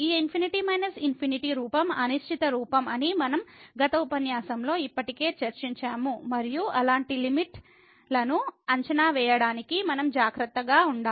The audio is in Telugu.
ఈ ∞∞ రూపం అనిశ్చిత రూపం అని మనం గత ఉపన్యాసంలో ఇప్పటికే చర్చించాము మరియు అలాంటి లిమిట్ ులను అంచనా వేయడానికి మనం జాగ్రత్తగా ఉండాలి